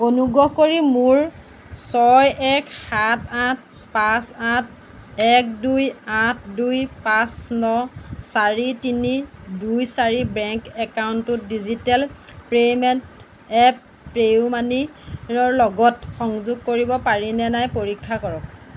অনুগ্ৰহ কৰি মোৰ ছয় এক সাত আঠ পাঁচ আঠ এক দুই আঠ দুই পাঁচ ন চাৰি তিনি দুই চাৰি বেংক একাউণ্টটো ডিজিটেল পে'মেণ্ট এপ পে'ইউ মানিৰ লগত সংযোগ কৰিব পাৰিনে নাই পৰীক্ষা কৰক